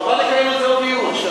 חבל לקיים על זה עוד דיון.